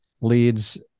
leads